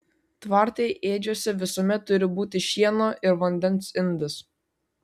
tvarte ėdžiose visuomet turi būti šieno ir vandens indas